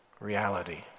reality